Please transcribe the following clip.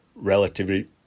relatively